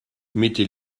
mettez